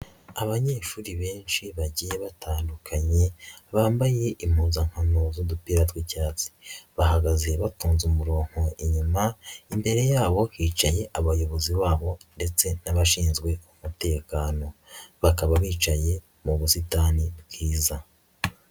Abanyeshuri benshi bagiye batandukanye bambaye impuzankano z'udupira tw'icyatsi, bahagaze bafunze umuronko inyuma, imbere yabo hicaye abayobozi babo ndetse n'abashinzwe umutekano bakaba bicaye mu busitani bwiza.